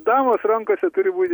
damos rankose turi būti